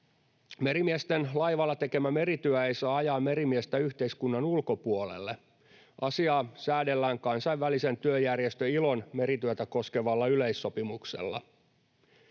Merimiesten laivalla tekemä merityö ei saa ajaa merimiestä yhteiskunnan ulkopuolelle. Asiaa säädellään Kansainvälisen työjärjestön, ILOn, merityötä koskevalla yleissopimuksella.